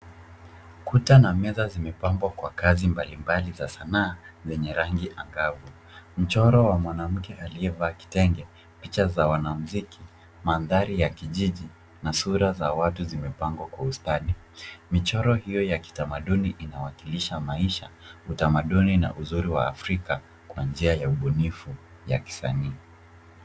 Kuta na meza zimepambwa kwa kazi mbalimbali za sanaa zenye rangi angavu. Mchoro wa mwanamke aliyevaa kitenge, picha za wanamuziki, mandhari ya kijiji, na sura za watu zimepangwa kwa ustadi. Michoro hiyo ya kitamaduni inawakilisha maisha, utamaduni na uzuri wa Afrika, kwa njia ya ubunifu ya kisanii.